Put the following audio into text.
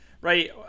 right